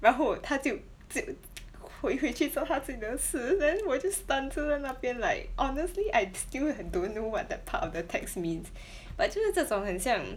然后他就就 回回去做他自己的是 then 我就 stun 着在那边 like honestly I still h~ don't know what that part of the text means but 就是这种很像